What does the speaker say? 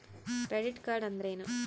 Credit card ಅಂದ್ರೇನು?